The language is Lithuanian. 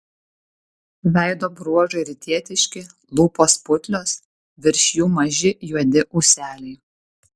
veido bruožai rytietiški lūpos putlios virš jų maži juodi ūseliai